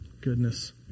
goodness